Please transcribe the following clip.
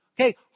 Okay